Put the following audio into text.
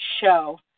show